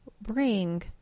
bring